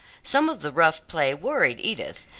some of the rough play worried edith,